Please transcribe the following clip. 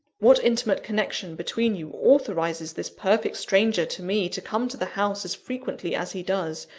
what intimate connection between you authorises this perfect stranger to me to come to the house as frequently as he does,